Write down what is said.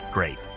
Great